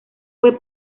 fue